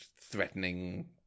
threatening